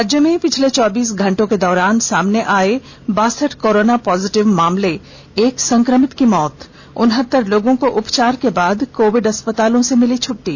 राज्य में पिछले चौबीस घंटे के दौरान सामने आए बासठ कोरोना पॉजिटिव मामले एक संक्रमित की मौत उनहतर लोगों को उपचार के बाद कोविड अस्पतालों से मिली छुट्टी